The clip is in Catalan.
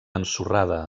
ensorrada